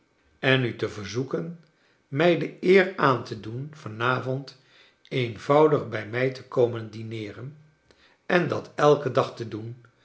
en u te verzoeken mijj de eer aan te doen van avond eenvoudig bij mij te komen dineeren en dat elken dag te doen